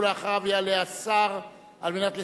ואחריו יעלה השר על מנת לסכם,